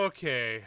Okay